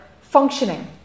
functioning